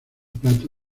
plato